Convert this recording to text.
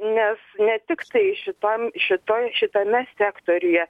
nes ne tik štai šitam šitoj šitame sektoriuje